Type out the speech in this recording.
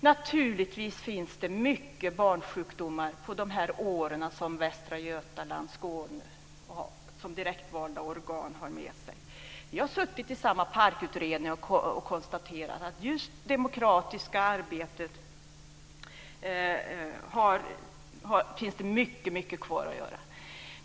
Naturligtvis har det funnits mycket barnsjukdomar under de år då Västra Götaland och Skåne har haft direktvalda organ. Vi har suttit i samma PARK utredning och konstaterat att det finns mycket kvar att göra just i fråga om det demokratiska arbetet.